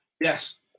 Yes